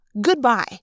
Goodbye